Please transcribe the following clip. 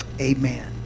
Amen